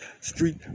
Street